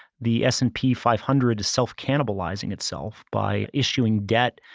the s and p five hundred is self cannibalizing itself by issuing debt,